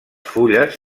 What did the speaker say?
fulles